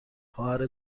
خواهر